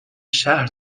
شهر